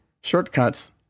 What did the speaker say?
shortcuts